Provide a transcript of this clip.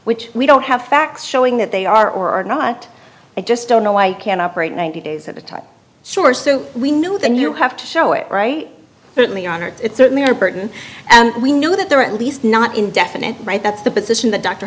which we don't have facts showing that they are or are not i just don't know i can operate ninety days at a time sure so we knew the new have to show it right certainly on it's certainly our burton and we know that there are at least not indefinite right that's the position that d